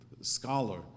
scholar